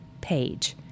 page